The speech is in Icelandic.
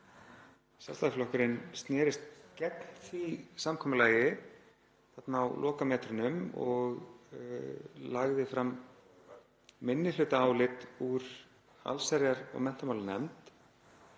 á flótta, snerist gegn því samkomulagi þarna á lokametrunum og lagði fram minnihlutaálit úr allsherjar- og menntamálanefnd